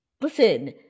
Listen